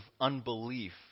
unbelief